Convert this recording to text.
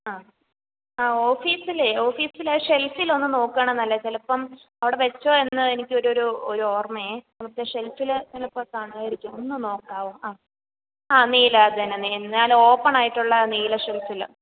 ആ ആ ഓഫീസിലേ ഓഫീസിൽ ഷെൽഫിലൊന്ന് നോക്കണമല്ലേ ചിലപ്പം അവിടെ വെച്ചോ എന്ന് എനിക്ക് ഒരു ഒരു ഒരു ഓർമ്മ മറ്റേ ഷെൽഫിൽ ചിലപ്പോൾ കാണുമായിരിക്കും ഒന്ന് നോക്കാമോ ആ ആ നീല തന്നെ നല്ലോപ്പണായിട്ടുള്ള നീല ഷെൽഫിൽ